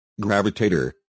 Gravitator